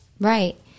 right